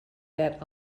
that